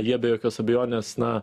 jie be jokios abejonės na